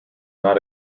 not